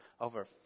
over